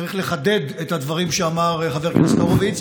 צריך לחדד את הדברים שאמר חבר הכנסת הורוביץ.